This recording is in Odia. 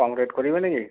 କମ୍ ରେଟ୍ କରିବେନି କି